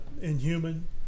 Inhuman